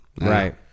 Right